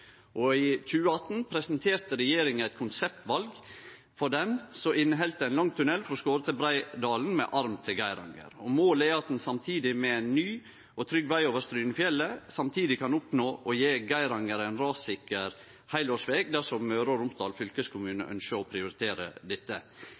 og i 2018 presenterte regjeringa eit konseptval for den som inneheld lang tunnel frå Skåre til Breidalen, med arm til Geiranger. Målet er at ein samtidig med ein ny og trygg veg over Strynefjellet kan oppnå å gje Geiranger ein rassikker heilårsveg dersom Møre og Romsdal fylkeskommune